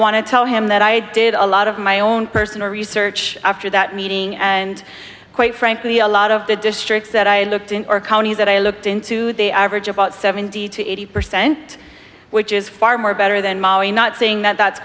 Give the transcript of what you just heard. want to tell him that i did a lot of my own personal research after that meeting and quite frankly a lot of the districts that i looked in our counties that i looked into they average about seventy to eighty percent which is far more better than mollie not saying that that's